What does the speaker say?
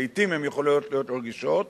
לעתים הן יכולות להיות רגישות.